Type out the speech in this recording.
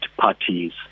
parties